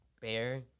bear